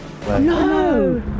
No